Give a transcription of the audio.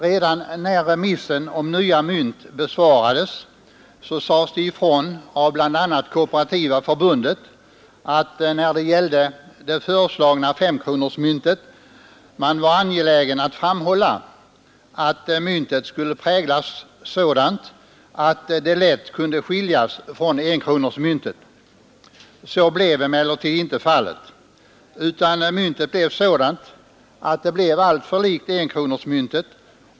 Redan i remissomgången om införandet av de nya mynten sades det ifrån av bl.a. KF att man när det gällde det föreslagna femkronorsmyntet var angelägen om att myntet skulle präglas så att det lätt skulle kunna skiljas från enkronemyntet. Så blev emellertid inte fallet utan myntet blev alltför likt enkronemyntet.